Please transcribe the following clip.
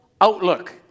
outlook